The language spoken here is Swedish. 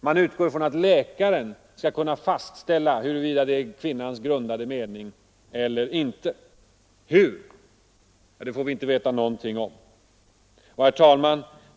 Man utgår ifrån att läkaren skall kunna fastställa om abortbeslutet är ett uttryck för kvinnans grundade mening eller inte. Hur? Det får vi inte veta någonting om.